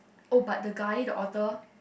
oh but the guy the author